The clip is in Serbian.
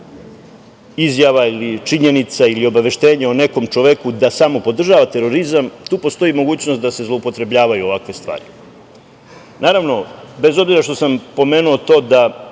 izjava ili činjenica ili obaveštenje o nekom čoveku da samo podržava terorizam, tu postoji mogućnost da se zloupotrebljavaju ovakve stvari. Naravno, bez obzira što sam pomenuo to da